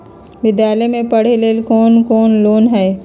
विद्यालय में पढ़े लेल कौनो लोन हई?